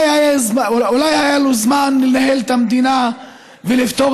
אולי היה לו זמן לנהל את המדינה ולפתור